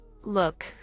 look